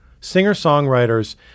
Singer-songwriters